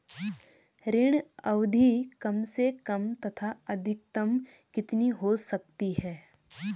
ऋण अवधि कम से कम तथा अधिकतम कितनी हो सकती है?